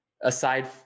aside